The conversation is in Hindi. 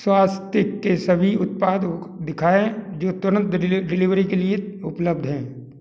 स्वास्तिक के सभी उत्पादों दिखाएँ जो तुरंत डिलि डिलीवरी के लिए उपलब्ध हैं